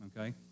okay